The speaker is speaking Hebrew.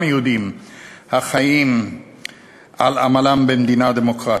יהודים החיים על עמלם במדינה דמוקרטית.